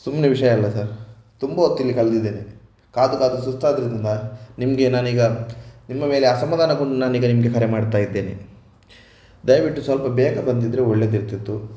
ಸುಮ್ಮನೆ ವಿಷಯ ಅಲ್ಲ ಸರ್ ತುಂಬ ಹೊತ್ತು ಇಲ್ಲಿ ಕಳೆದಿದ್ದೇನೆ ಕಾದು ಕಾದು ಸುಸ್ತಾದ್ರಿಂದ ನಿಮಗೆ ನಾನೀಗ ನಿಮ್ಮ ಮೇಲೆ ಅಸಮಾಧಾನಗೊಂಡು ನಾನೀಗ ನಿಮಗೆ ಕರೆ ಮಾಡ್ತಾ ಇದ್ದೇನೆ ದಯವಿಟ್ಟು ಸ್ವಲ್ಪ ಬೇಗ ಬಂದಿದ್ದರೆ ಒಳ್ಳೆಯದಿರ್ತಿತ್ತು